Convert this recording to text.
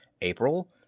April